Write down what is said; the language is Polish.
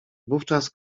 wówczas